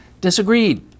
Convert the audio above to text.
disagreed